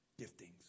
giftings